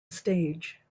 stage